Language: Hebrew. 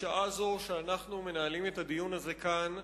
בשעה זו שאנחנו מנהלים את הדיון הזה כאן,